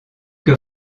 que